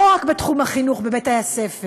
לא רק בתחום החינוך בבתי-הספר: